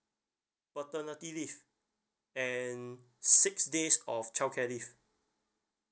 paternity leave and six days of childcare leave